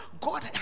God